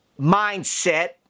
mindset